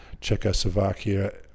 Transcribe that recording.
Czechoslovakia